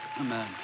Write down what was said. Amen